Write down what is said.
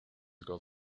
got